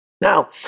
Now